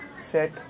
set